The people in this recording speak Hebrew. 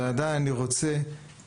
אבל אני עדיין רוצה להגיד